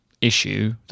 issue